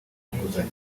inguzanyo